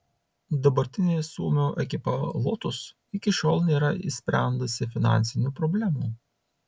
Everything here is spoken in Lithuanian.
dabartinė suomio ekipa lotus iki šiol nėra išsprendusi finansinių problemų